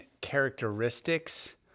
characteristics